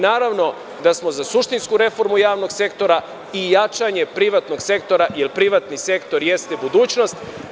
Naravno da smo za suštinsku reformu javnog sektora i jačanje privatnog sektora, jer privatni sektor jeste budućnost.